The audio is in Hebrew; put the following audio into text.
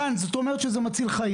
רן, זאת אומרת שזה מציל חיים.